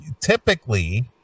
Typically